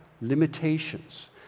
limitations